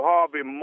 Harvey